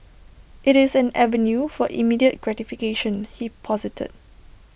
IT is an avenue for immediate gratification he posited